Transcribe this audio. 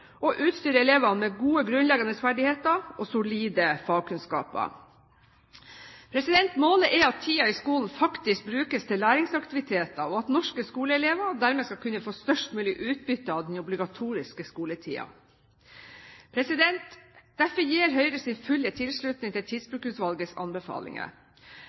elevene med gode grunnleggende ferdigheter og solide fagkunnskaper. Målet er at tiden i skolen faktisk brukes til læringsaktiviteter, og at norske skoleelever dermed skal kunne få størst mulig utbytte av den obligatoriske skoletiden. Derfor gir Høyre sin fulle tilslutning til Tidsbrukutvalgets anbefalinger.